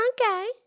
Okay